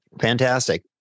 Fantastic